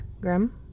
Grim